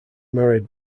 married